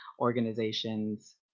organizations